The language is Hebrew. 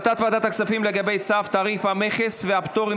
הצעת ועדת הכספים לגבי צו תעריף המכס והפטורים